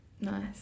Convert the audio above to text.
nice